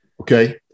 Okay